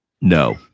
No